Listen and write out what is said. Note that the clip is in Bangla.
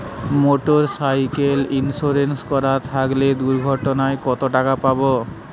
মোটরসাইকেল ইন্সুরেন্স করা থাকলে দুঃঘটনায় কতটাকা পাব?